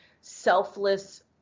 selfless